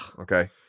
Okay